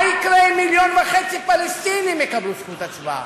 מה יקרה אם מיליון וחצי פלסטינים יקבלו זכות הצבעה.